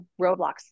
roadblocks